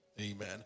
Amen